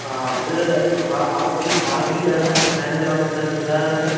ആ ഇത് R B R B bank manager ആണ് സംസാരിക്കുന്നത് ഇതാരാണ്